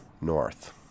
North